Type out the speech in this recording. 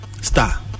star